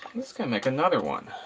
i'm just going to make another one.